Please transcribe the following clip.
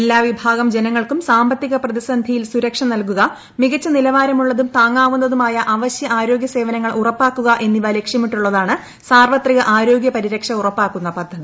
എല്ലാ വിഭാഗം ജനങ്ങൾക്കും സാമ്പത്തിക ് പ്രതിസന്ധിയിൽ സുരക്ഷ നൽകുക മികച്ചനിലവാരമുള്ളതും താങ്ങാവുന്നതുമായ അവശ്യ ആരോഗ്യസേവനങ്ങൾ ഉറപ്പാക്കുക എന്നിവ ലക്ഷ്യമിട്ടുള്ളതാണ് സാർവത്രിക ആരോഗ്യ പരിര്ക്ഷ ഉറപ്പാക്കുന്ന പദ്ധതി